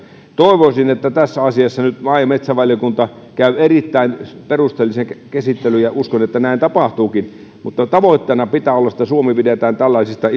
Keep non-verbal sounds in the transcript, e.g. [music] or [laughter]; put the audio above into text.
toivoisin että tässä asiassa nyt maa ja metsävaliokunta käy erittäin perusteellisen käsittelyn ja uskon että näin tapahtuukin mutta tavoitteena pitää olla se että suomi pidetään tällaisista [unintelligible]